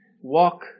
walk